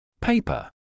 paper